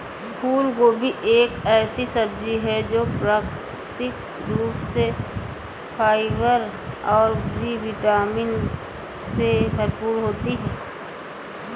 फूलगोभी एक ऐसी सब्जी है जो प्राकृतिक रूप से फाइबर और बी विटामिन से भरपूर होती है